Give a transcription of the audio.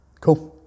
Cool